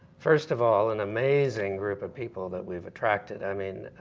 first of all an amazing group of people that we've attracted. i mean